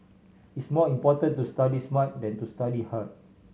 it's more important to study smart than to study hard